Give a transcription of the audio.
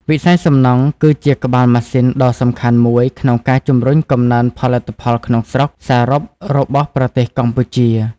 វិស័យសំណង់គឺជាក្បាលម៉ាស៊ីនដ៏សំខាន់មួយក្នុងការជំរុញកំណើនផលិតផលក្នុងស្រុកសរុបរបស់ប្រទេសកម្ពុជា។